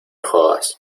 jodas